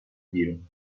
بیرون